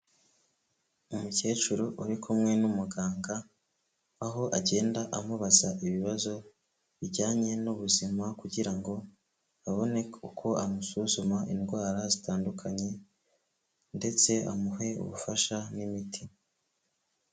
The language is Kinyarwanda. Umukecuru uri kumwe n'umuganga aho agenda amubaza ibibazo bijyanye n'ubuzima, kugira ngo abone uko amusuzuma indwara zitandukanye ndetse amuhe ubufasha n'imiti.